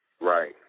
Right